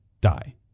die